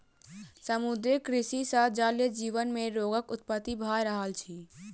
समुद्रीय कृषि सॅ जलीय जीव मे रोगक उत्पत्ति भ रहल अछि